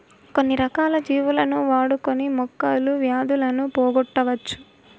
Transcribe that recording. కొన్ని రకాల జీవులను వాడుకొని మొక్కలు వ్యాధులను పోగొట్టవచ్చు